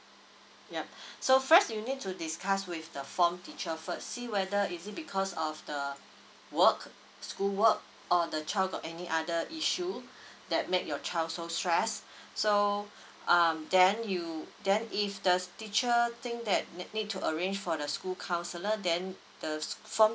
yup so first you need to discuss with the form teacher first see whether is it because of the work school work or the child got any other issue that make your child so stress so um then you then if the teacher think that need to arrange for the school counsellor then the form